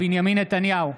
בנימין נתניהו,